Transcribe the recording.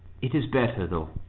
it is better, though.